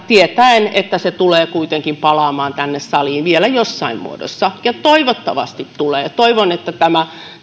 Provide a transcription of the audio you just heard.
tietäen että se tulee kuitenkin palaamaan tänne saliin vielä jossain muodossa ja toivottavasti tulee toivon että tämä